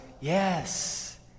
Yes